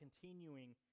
continuing